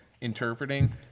interpreting